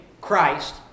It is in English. Christ